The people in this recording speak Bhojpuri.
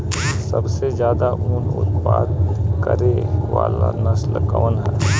सबसे ज्यादा उन उत्पादन करे वाला नस्ल कवन ह?